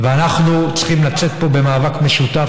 ואנחנו צריכים לצאת פה במאבק משותף,